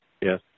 yes